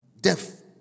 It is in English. Death